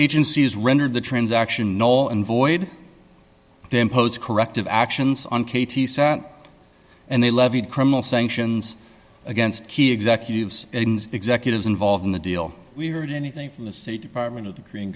agencies rendered the transaction oil and void they imposed corrective actions on katie sent and they levied criminal sanctions against key executives executives involved in the deal we heard anything from the state department of the korean